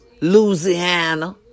Louisiana